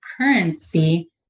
currency